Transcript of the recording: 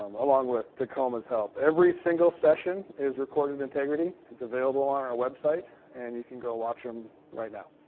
along with tacoma's help. every single session is recorded in tegrity. it's available on our website, and you can go watch em right now.